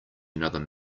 another